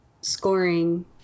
scoring